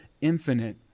infinite